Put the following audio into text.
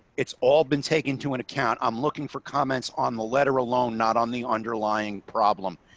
it's all been taken to an account. i'm looking for comments on the letter alone, not on the underlying problem,